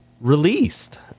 released